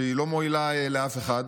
שהיא לא מועילה לאף אחד.